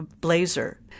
blazer